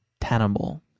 tenable